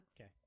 Okay